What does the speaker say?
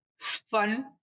fun